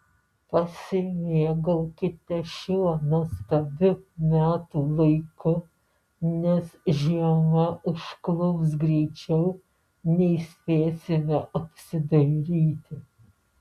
pasimėgaukite šiuo nuostabiu metų laiku nes žiema užklups greičiau nei spėsime apsidairyti